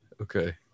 Okay